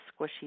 squishy